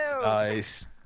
Nice